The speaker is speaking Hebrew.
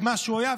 מה שהוא היה,